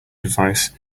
device